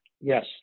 yes